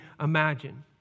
imagine